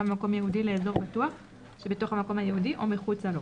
במקום ייעודי לאזור בטוח שבתוך המקום הייעודי או מחוצה לו,